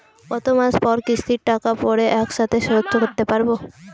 কত মাস পর কিস্তির টাকা পড়ে একসাথে শোধ করতে পারবো?